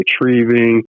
retrieving